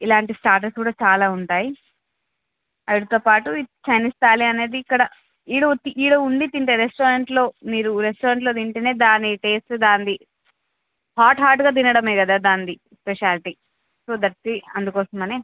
ఇలాంటి స్టాటర్స్ కూడా చాలా ఉంటాయి వాటితో పాటు చైనీస్ థాలి అనేది ఇక్కడ ఈడ ఈడ ఉండి తింటే రెస్టారెంట్లో మీరు రెస్టారెంట్లో తింటేనే దాని టేస్ట్ దాంది హాట్ హాట్గా తినడమే కదా దాని స్పెషాలిటీ సో దట్స్ అందుకోసమని